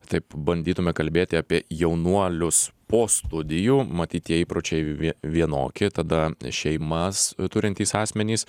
taip bandytume kalbėti apie jaunuolius po studijų matyt tie įpročiai vie vienoki tada šeimas turintys asmenys